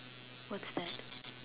what's that